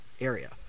area